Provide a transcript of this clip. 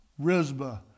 Rizba